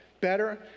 better